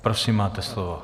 Prosím, máte slovo.